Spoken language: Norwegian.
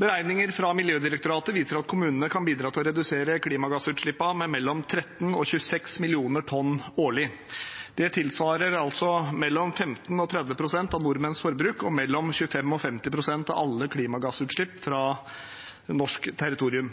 Beregninger fra Miljødirektoratet viser at kommunene kan bidra til å redusere klimagassutslippene med mellom 13 og 26 mill. tonn årlig. Det tilsvarer mellom 15 og 30 pst. av nordmenns forbruk og mellom 25 og 50 pst. av alle klimagassutslipp fra norsk territorium.